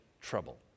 trouble